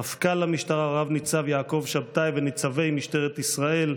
מפכ"ל המשטרה רב-ניצב יעקב שבתאי וניצבי משטרת ישראל,